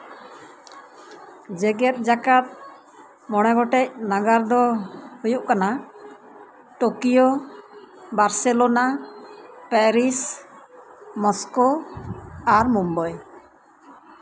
ᱡᱮᱸᱜᱮᱛ ᱡᱟᱠᱟᱛ ᱢᱚᱲᱮ ᱜᱚᱴᱮᱡ ᱱᱟᱜᱟᱨ ᱫᱚ ᱦᱩᱭᱩᱜ ᱠᱟᱱᱟ ᱴᱳᱠᱤᱭᱳ ᱵᱟᱨᱥᱮᱞᱳᱱᱟ ᱯᱮᱨᱤᱥ ᱢᱚᱥᱠᱳ ᱟᱨ ᱢᱩᱢᱵᱟᱭ